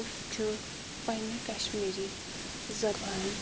چھِ پنٛنہِ کَشمیٖری زبانۍ